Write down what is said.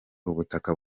ubutaka